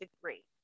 degree